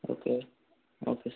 okay okay sir